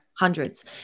Hundreds